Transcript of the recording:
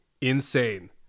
insane